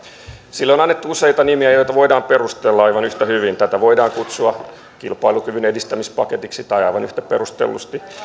sille on annettu useita nimiä joita voidaan perustella aivan yhtä hyvin tätä voidaan kutsua kilpailukyvyn edistämispaketiksi tai aivan yhtä perustellusti